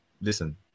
listen